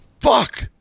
fuck